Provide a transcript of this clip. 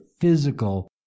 physical